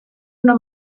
una